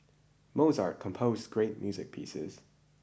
Mozart composed great music pieces